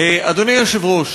אדוני היושב-ראש,